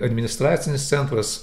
administracinis centras